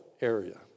area